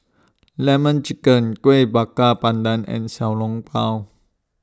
Lemon Chicken Kuih Bakar Pandan and Xiao Long Bao